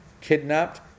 kidnapped